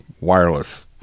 wireless